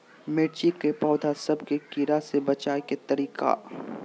मिर्ची के पौधा सब के कीड़ा से बचाय के तरीका?